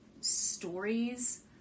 stories